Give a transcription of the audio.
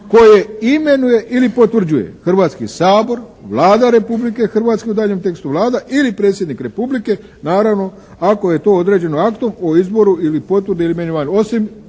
koje imenuje ili potvrđuje Hrvatski sabor, Vlada Republike Hrvatske, u daljnjem tekstu Vlada, ili predsjednik Republike Hrvatske, naravno ako je to određeno aktom o izboru ili potvrdi ili imenovanju,